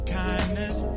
kindness